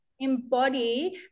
embody